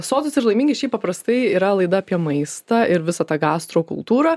sotūs ir laimingi šiaip paprastai yra laida apie maistą ir visą tą gastro kultūrą